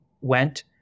went